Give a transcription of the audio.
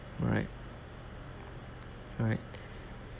alright alright